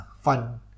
fun